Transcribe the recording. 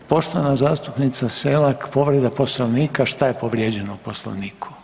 Poštovana zastupnica Selak, povreda Poslovnika, šta je povrijeđeno u Poslovniku?